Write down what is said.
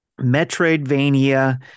Metroidvania